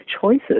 choices